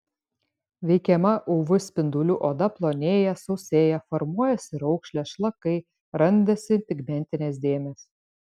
veikiama uv spindulių odą plonėja sausėja formuojasi raukšlės šlakai randasi pigmentinės dėmės